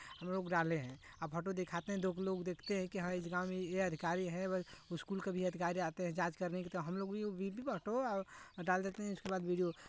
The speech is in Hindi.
हम लोग डाले हैं फोटो दिखाते हैं दो के लोग देखते हैं कि हाँ इस गाँव में ये अधिकारी हैं स्कूल के भी अधिकारी आते हैं जाँच करने के लिए तो हम लोग भी और डाल देते हैं उसके बाद वीडियो